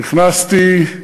נכנסתי לכנסת,